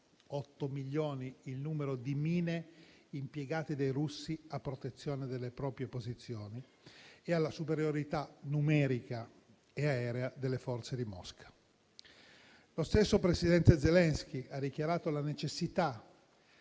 milioni il numero di mine impiegate dai russi a protezione delle proprie posizioni - e alla superiorità numerica e aerea delle forze di Mosca. Lo stesso presidente Zelensky ha dichiarato la necessità